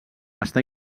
està